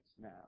now